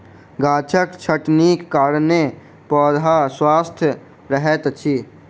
गाछक छटनीक कारणेँ पौधा स्वस्थ रहैत अछि